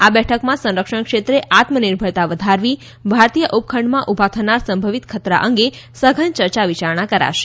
આ બેઠકમાં સંરક્ષણ ક્ષેત્રે આત્મનિર્ભરતા વધારવી ભારતીય ઉપખંડમાં ઉભા થનાર સંભવિત ખતરા અંગે સઘન ચર્ચા વિચારણા કરાશે